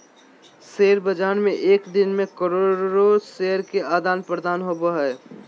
share बाज़ार में एक दिन मे करोड़ो शेयर के आदान प्रदान होबो हइ